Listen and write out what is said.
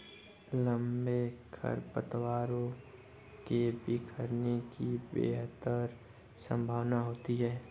लंबे खरपतवारों के बिखरने की बेहतर संभावना होती है